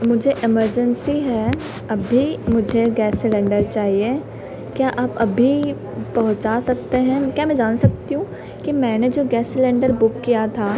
मुझे एमरजेंसी है अभी मुझे गैस सिलेन्डर चाहिए क्या आप अभी उंह पहुँचा सकते हैं क्या मैं जान सकती हूँ कि मैंने जो गैस सिलेन्डर बुक किया था